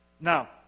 Now